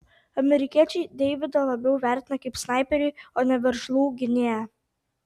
amerikiečiai deividą labiau vertina kaip snaiperį o ne veržlų gynėją